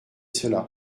cela